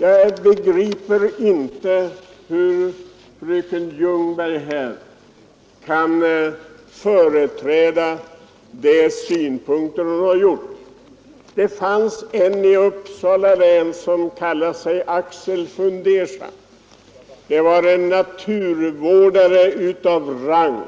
Jag begriper inte hur fröken Ljungberg kan företräda de synpunkter hon gjort. Det fanns en man i Uppsala län som kallade sig Axel Fundersam. Det var en naturvårdare av rang.